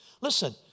Listen